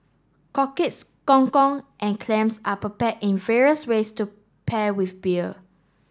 cockles gong gong and clams are prepared in various ways to pair with beer